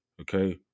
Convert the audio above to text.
okay